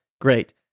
Great